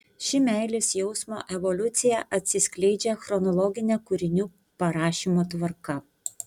ši meilės jausmo evoliucija atsiskleidžia chronologine kūrinių parašymo tvarka